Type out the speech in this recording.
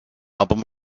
album